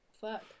fuck